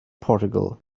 portugal